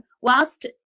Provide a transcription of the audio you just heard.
whilst